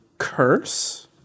Curse